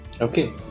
Okay